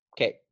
Okay